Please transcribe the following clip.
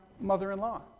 mother-in-law